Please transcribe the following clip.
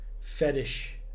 fetish